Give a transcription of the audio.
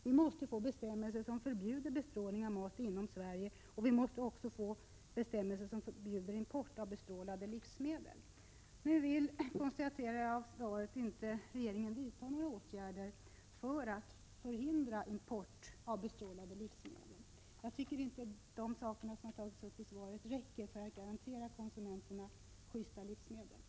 Vi måste få bestämmelser som förbjuder bestrålning av mat inom Sverige, och vi måste också få bestämmelser som förbjuder import av bestrålade livsmedel. Nu vill, konstaterar jag av svaret, regeringen inte vidta några åtgärder för att förhindra import av bestrålade livsmedel. Jag tycker inte att de åtgärder som redovisas i svaret räcker för att garantera konsumenterna godkända livsmedel.